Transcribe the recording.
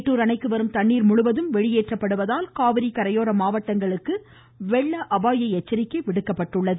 மேட்டூர் அணைக்கு வரும் தண்ணீர் முழுவதும் வெளியேற்றப்படுவதால் காவிரி கரையோர மாவட்டங்களுக்கு வெள்ள அபாய எச்சரிக்கை விடுக்கப்பட்டுள்ளது